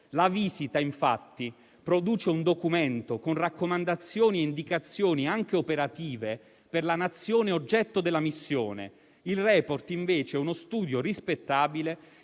La visita infatti produce un documento con raccomandazioni e indicazioni, anche operative, per la Nazione oggetto della missione. Il *report* invece è uno studio rispettabile